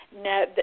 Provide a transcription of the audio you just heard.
no